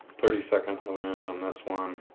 thirty second of an inch on this one,